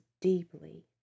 deeply